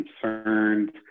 concerned